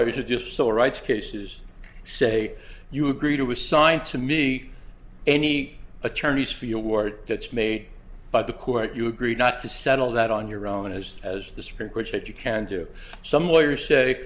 are just so rights cases say you agree to assign to me any attorneys feel bored that's made by the court you agree not to settle that on your own as as the supreme court said you can do some lawyers say